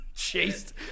Chased